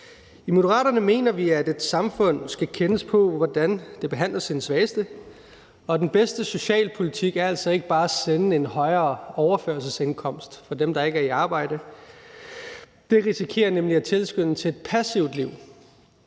I Moderaterne mener vi, at et samfund skal kendes på, hvordan det behandler sine svageste, og den bedste socialpolitik er altså ikke bare at sende en højere overførselsindkomst til dem, der ikke er i arbejde. Det risikerer nemlig at tilskynde til et passivt liv.